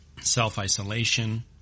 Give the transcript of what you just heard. self-isolation